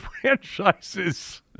franchises